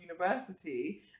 University